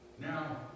Now